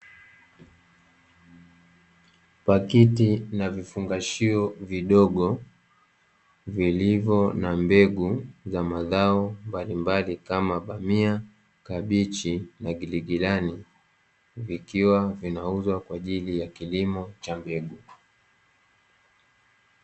Pakiti na vifungashio vidogo vilivyo na mbegu za mazao mbalimbali kama bamia, kabichi na giligilani, vikiwa vinauzwa kwa ajili ya kilimo cha mbegu.